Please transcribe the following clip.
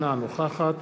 אינה נוכחת